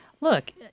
Look